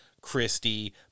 Christie